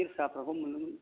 गाइखेर साहाफ्राखौ मोनलों